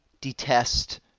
detest